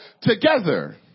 together